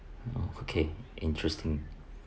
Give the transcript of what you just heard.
okay interesting